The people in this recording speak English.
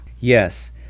Yes